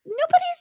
Nobody's